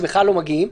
שבכלל לא מגיעים,